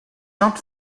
not